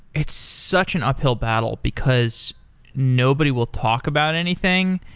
it's such an uphill battle, because nobody will talk about anything.